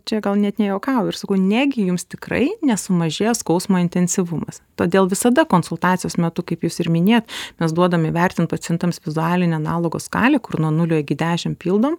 čia gal net nejuokauju ir sakau negi jums tikrai nesumažės skausmo intensyvumas todėl visada konsultacijos metu kaip jūs ir minėjot mes duodam įvertint pacientams vizualinio analogo skalę kur nuo nulio iki dešim pildom